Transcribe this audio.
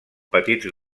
petits